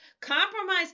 compromise